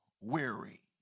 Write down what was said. weary